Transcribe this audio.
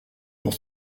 pour